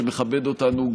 שמכבד אותנו,